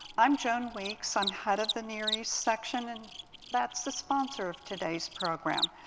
i'm joan weeks. i'm head of the near east section, and that's the sponsor of today's program.